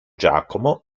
giacomo